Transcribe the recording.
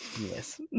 yes